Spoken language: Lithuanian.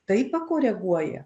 taip pakoreguoja